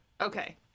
Okay